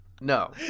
No